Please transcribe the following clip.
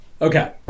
okay